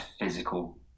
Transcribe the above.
physical